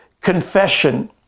confession